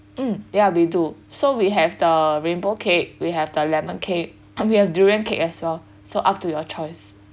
mm ya we do so we have the rainbow cake we have the lemon cake we have durian cake as well so up to your choice